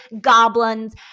goblins